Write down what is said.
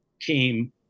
came